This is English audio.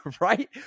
right